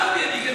אמרתי.